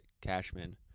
Cashman